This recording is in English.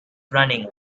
running